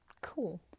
cool